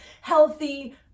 healthy